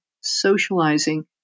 socializing